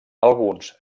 alguns